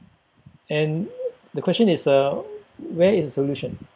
and the question is uh where is the solution